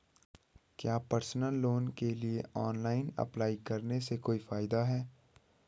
क्या personal loan के लिए ऑनलाइन अप्लाई करने से कोई फायदा है?